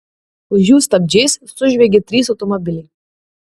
už jų stabdžiais sužviegė trys automobiliai